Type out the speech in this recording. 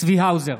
צבי האוזר,